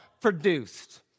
produced